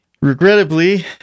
Regrettably